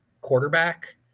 quarterback